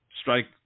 strike